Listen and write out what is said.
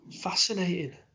Fascinating